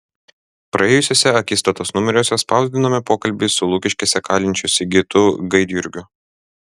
praėjusiuose akistatos numeriuose spausdinome pokalbį su lukiškėse kalinčiu sigitu gaidjurgiu